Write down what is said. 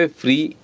free